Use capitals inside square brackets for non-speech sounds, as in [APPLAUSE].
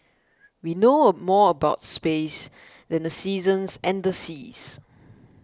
we know [HESITATION] more about space than the seasons and the seas